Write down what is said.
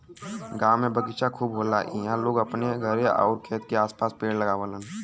गांव में बगीचा खूब होला इहां लोग अपने घरे आउर खेत के आस पास पेड़ लगावलन